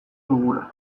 dugula